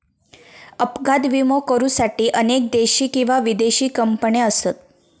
अपघात विमो करुसाठी अनेक देशी किंवा विदेशी कंपने असत